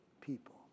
people